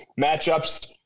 matchups